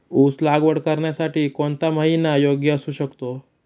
ऊस लागवड करण्यासाठी कोणता महिना योग्य असू शकतो?